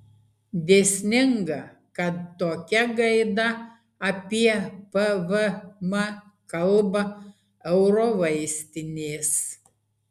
dėsninga kad tokia gaida apie pvm kalba eurovaistinės